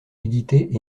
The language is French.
éditer